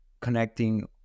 connecting